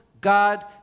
God